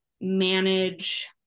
manage